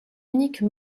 unique